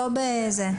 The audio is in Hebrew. בפתק.